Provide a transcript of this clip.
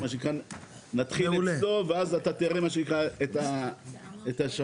נתחיל אצלו ואז אתה תראה את השרשרת.